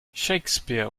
shakespeare